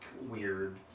weird